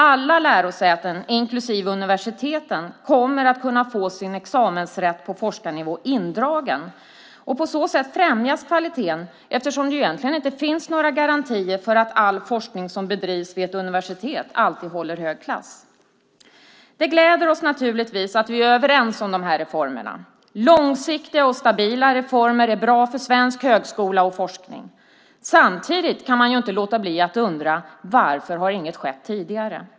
Alla lärosäten, inklusive universiteten, kommer att kunna få sin examensrätt på forskarnivå indragen. På så sätt främjas kvaliteten eftersom det egentligen inte finns några garantier för att all forskning som bedrivs vid ett universitet alltid håller hög klass. Det gläder oss naturligtvis att vi är överens om reformerna. Långsiktiga och stabila reformer är bra för svensk högskola och forskning. Samtidigt kan man ju inte låta bli att undra varför inget har skett tidigare.